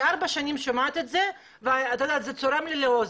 אני שומעת את זה ארבע שנים וזה צורם לי לאוזן.